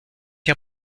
que